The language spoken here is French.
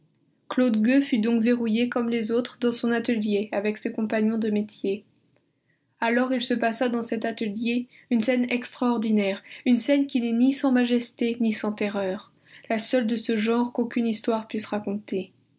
claude gueux fut donc verrouillé comme les autres dans son atelier avec ses compagnons de métier alors il se passa dans cet atelier une scène extraordinaire une scène qui n'est ni sans majesté ni sans terreur la seule de ce genre qu'aucune histoire puisse raconter